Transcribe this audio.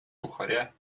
сухаря